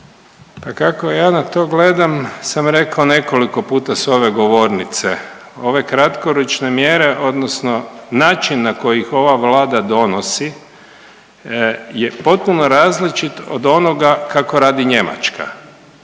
Pa kako ja na to gledam sam rekao nekoliko puta s ove govornice. Ove kratkoročne mjere odnosno način na koji ih ova Vlada donosi je potpuno različit od onoga kako radi Njemačka.